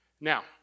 Now